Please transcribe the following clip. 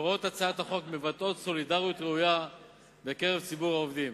והוראות הצעת החוק מבטאות סולידריות ראויה בקרב ציבור העובדים.